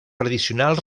tradicional